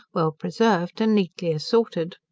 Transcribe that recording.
well preserved, and neatly assorted.